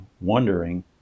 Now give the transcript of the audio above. wondering